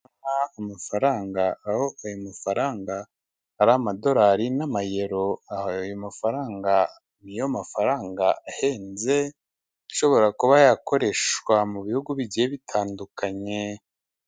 Amafaranga aho ayo mafaranga ari amadolari n'amayero, aha ayo mafaranga niyo mafaranga ahenze ashobora kuba yakoreshwa mu bihugu bigiye bitandukanye.